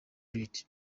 read